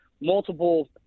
multiple